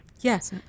Yes